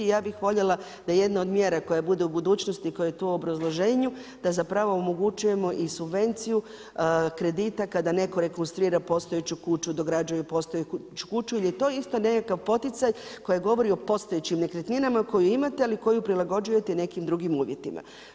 Ja bih voljela da jedna od mjera koja bude u budućnosti i koja je tu u obrazloženju da zapravo omogućujemo i subvenciju kredita kada neko rekonstruira postojeću kuću, dograđuje postojeću kuću jel je to isto nekakav poticaj koji govori o postojećim nekretninama koju imate, ali koju prilagođujete nekim drugim uvjetima.